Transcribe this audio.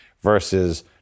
versus